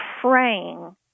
praying